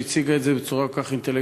שהציגה את זה בצורה כל כך אינטליגנטית,